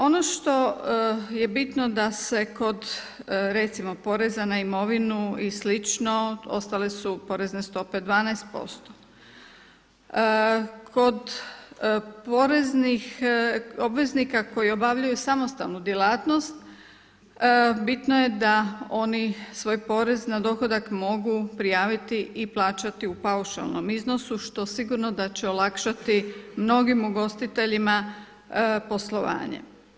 Ono što je bitno da se kod recimo poreza na imovinu i slično ostale su porene stope 12%, kod poreznih obveznika koji obavljaju samostalnu djelatnost bitno je da oni svoj porez na dohodak mogu prijaviti i plaćati u paušalnom iznosu što sigurno da će olakšati mnogim ugostiteljima poslovanje.